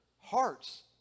hearts